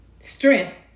strength